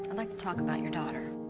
and like to talk about your daughter.